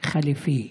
חליפי.